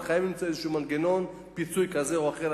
אבל חייבים למצוא איזה מנגנון פיצוי כזה או אחר,